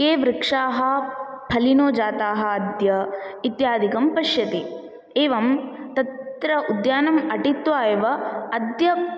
के वृक्षाः फलिनो जाताः अद्य इत्यादिकं पश्यति एवं तत्र उद्यानम् अटीत्वा एव अद्य